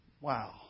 Wow